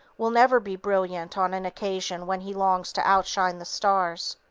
will never be brilliant on an occasion when he longs to outshine the stars.